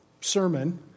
sermon